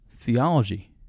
theology